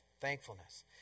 Thankfulness